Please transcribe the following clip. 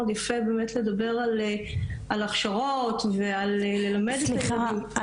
יפה באמת לדבר על הכשרות וללמד --- סליחה,